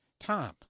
Tom